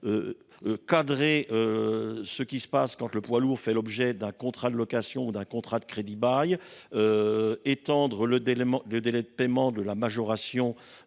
cadrer ce qui se passe quand le poids lourd fait l’objet d’un contrat de location ou d’un contrat de crédit bail ; à étendre le délai de paiement de la majoration